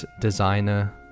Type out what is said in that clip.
designer